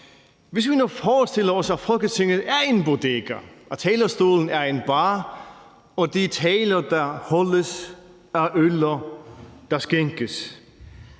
og vi nu forestiller os, at Folketinget er en bodega, talerstolen er en bar og de taler, der holdes, er øller, der skænkes,